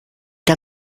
der